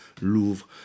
Louvre